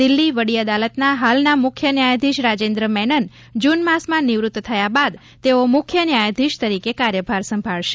દિલ્હી વડી અદાલતના હાલના મુખ્ય ન્યાયધીશ રાજેન્દ્ર મેનન જૂન માસમાં નિવૃત્ત થયા બાદ તેઓ મુખ્ય ન્યાયાધીશ તરીકે કાર્યભાર સંભાળશે